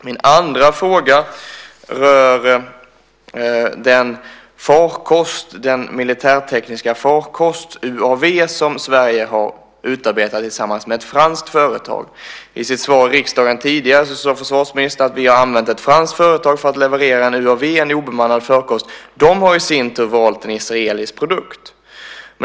Min andra fråga rör den militärtekniska farkost, UAV, som Sverige har utarbetat tillsammans med ett franskt företag. I sitt svar i riksdagen tidigare sade försvarsministern att vi har anlitat ett franskt företag för att leverera en UAV, en obemannad farkost. Frankrike har i sin tur valt en israelisk produkt.